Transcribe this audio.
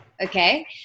Okay